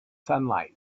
sunlight